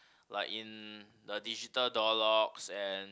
like in the digital door locks and